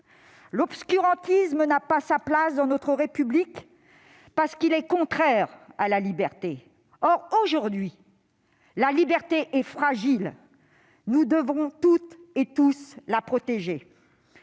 L'obscurantisme n'a pas sa place dans notre République parce qu'il est contraire à la liberté. Or, aujourd'hui, la liberté est fragile, nous devons toutes et tous la protéger.